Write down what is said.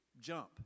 jump